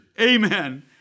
Amen